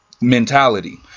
mentality